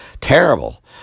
Terrible